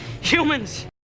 Humans